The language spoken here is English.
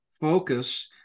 focus